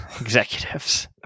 Executives